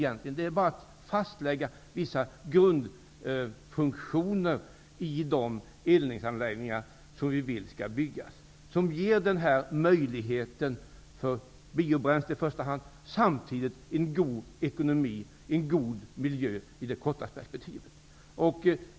Det är bara att fastlägga vissa grundfunktioner i de eldningsanläggningar som man vill bygga, som i första hand ger en möjlighet för användande av biobränsle och som samtidigt ger en god ekonomi samt i det korta perspektivet en god miljö.